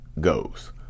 goes